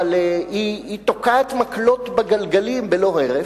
אבל היא תוקעת מקלות בגלגלים בלא הרף.